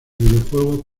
videojuegos